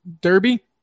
Derby